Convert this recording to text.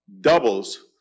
doubles